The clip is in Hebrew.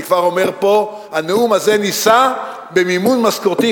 אני כבר אומר פה: הנאום הזה נישא במימון משכורתי,